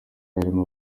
harimo